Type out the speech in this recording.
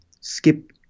skip